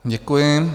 Děkuji.